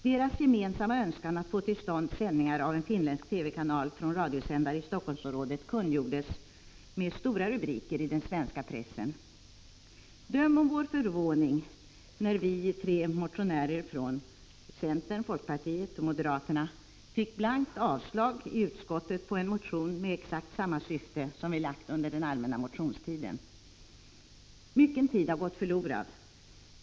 Deras gemensamma önskan att få till stånd sändningar av en finländsk TV-kanal från radiosändare i Helsingforssområdet kungjordes med stora rubriker i den svenska pressen. Döm om vår förvåning, eftersom vi tre motionärer från centerpartiet, folkpartiet och moderaterna, fick blankt nej i utskottet på en motion som vi väckt under den allmänna motionstiden med exakt samma syfte. Mycken tid har gått förlorad.